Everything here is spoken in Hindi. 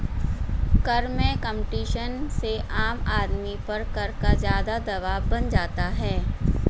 कर में कम्पटीशन से आम आदमी पर कर का ज़्यादा दवाब बन जाता है